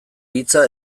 hitza